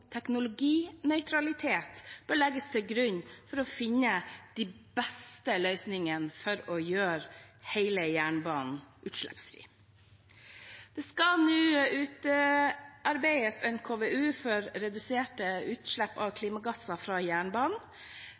teknologinøytralitet bør legges til grunn for å finne de beste løsningene for å gjøre hele jernbanen utslippsfri. Det skal nå utarbeides en KVU for reduserte utslipp av klimagasser fra jernbanen.